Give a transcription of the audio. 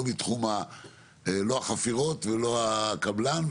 לא מתחום החפירות ולא הקבלן,